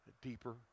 Deeper